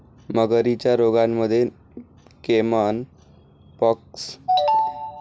मगरींच्या रोगांमध्ये caiman pox, adenoviral hepatitis, chlamydiosis चा खतरा समाविष्ट असतो